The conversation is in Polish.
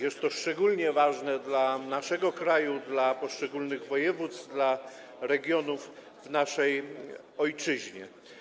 Jest to szczególnie ważne dla naszego kraju, dla poszczególnych województw, dla regionów w naszej ojczyźnie.